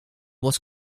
was